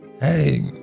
hey